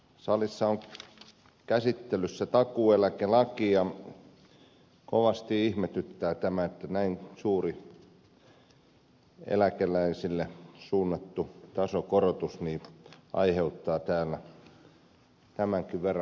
salissa on käsittelyssä takuueläkelaki ja kovasti ihmetyttää tämä että näin suuri eläkeläisille suunnattu tasokorotus aiheuttaa täällä tämänkin verran arvostelua